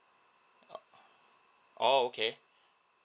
oh okay